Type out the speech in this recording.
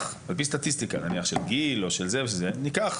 ניקח מדגם של 100,